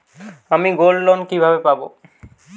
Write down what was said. আমি গোল্ডলোন কিভাবে পাব?